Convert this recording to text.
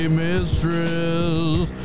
mistress